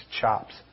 chops